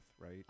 right